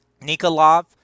Nikolov